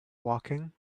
walking